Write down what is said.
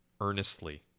earnestly